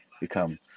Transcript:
become